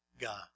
God